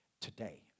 today